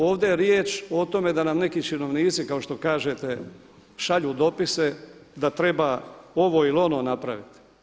Ovdje je riječ o tome da nam neki činovnici kao što kažete šalju dopise da treba ovo ili ono napraviti.